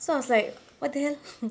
so I was like what the hell